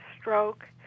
stroke